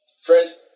Friends